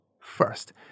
First